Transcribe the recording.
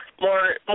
more